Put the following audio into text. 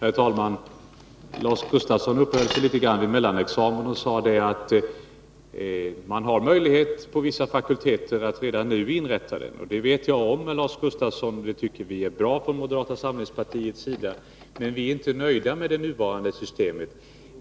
Herr talman! Lars Gustafsson uppehöll sig litet vid mellanexamen och sade att man har möjlighet inom vissa fakulteter att redan nu inrätta den. Det vet jag om, Lars Gustafsson. Det tycker vi från moderata samlingspartiets sida är bra. Men vi är inte nöjda med det nuvarande systemet.